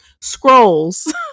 scrolls